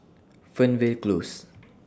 Fernvale Close